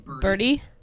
birdie